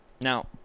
Now